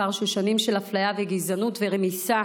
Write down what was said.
של שנים של אפליה וגזענות ורמיסה קשה.